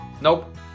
nope